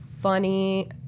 funny